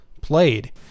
played